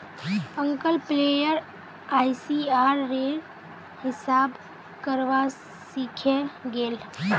uncle player ICR रे हिसाब करवा सीखे गेल